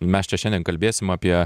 mes čia šiandien kalbėsim apie